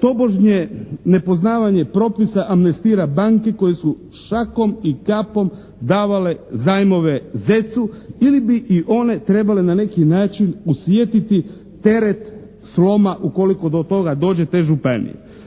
tobožnje nepoznavanje propisa amnestira banke koje su šakom i kapom davale zajmove ZEC-u ili bi i one trebale na neki način osjetiti teret sloma ukoliko do toga dođe, te županije.